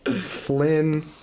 Flynn